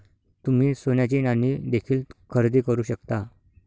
तुम्ही सोन्याची नाणी देखील खरेदी करू शकता